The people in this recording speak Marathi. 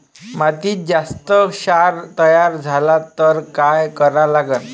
मातीत जास्त क्षार तयार झाला तर काय करा लागन?